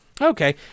Okay